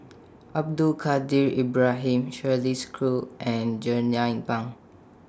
Abdul Kadir Ibrahim Shirley Chew and Jernnine Pang